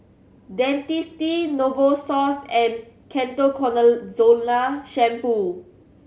Dentiste Novosource and Ketoconazole Shampoo